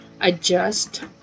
adjust